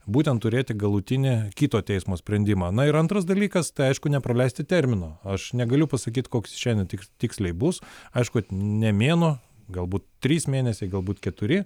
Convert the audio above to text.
būtent turėti galutinį kito teismo sprendimą na ir antras dalykas tai aišku nepraleisti termino aš negaliu pasakyt koks šiandien tiks tiksliai bus aišku kad ne mėnuo galbūt trys mėnesiai galbūt keturi